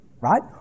right